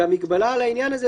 והמגבלה על העניין הזה,